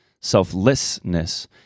selflessness